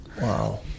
Wow